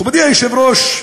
מכובדי היושב-ראש,